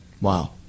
Wow